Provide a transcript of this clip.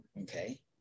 okay